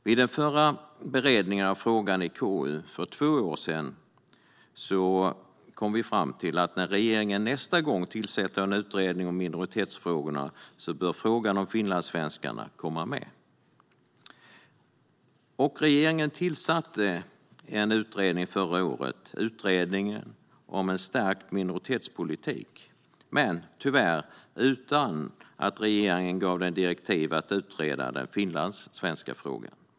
Vid den förra beredningen av frågan i KU, för två år sedan, kom vi fram till att frågan om finlandssvenskarna bör komma med när regeringen nästa gång tillsätter en utredning om minoritetsfrågorna. Regeringen tillsatte förra året Utredningen om en stärkt minoritetspolitik, men tyvärr utan att ge den direktiv att utreda den finlandssvenska frågan.